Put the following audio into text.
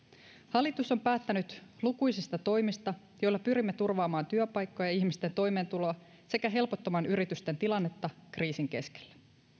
hallitus on päättänyt lukuisista toimista joilla pyrimme turvaamaan työpaikkoja ja ihmisten toimeentuloa sekä helpottamaan yritysten tilannetta kriisin keskellä